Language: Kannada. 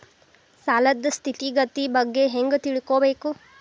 ಸಾಲದ್ ಸ್ಥಿತಿಗತಿ ಬಗ್ಗೆ ಹೆಂಗ್ ತಿಳ್ಕೊಬೇಕು?